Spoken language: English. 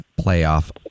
playoff